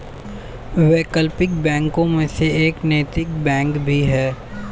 वैकल्पिक बैंकों में से एक नैतिक बैंक भी है